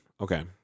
okay